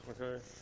okay